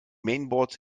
mainboards